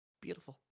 beautiful